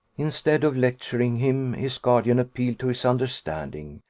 instead of lecturing him, his guardian appealed to his understanding,